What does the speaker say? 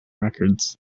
records